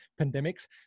pandemics